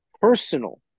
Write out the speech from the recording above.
personal